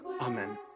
Amen